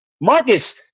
Marcus